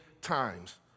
times